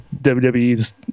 WWE's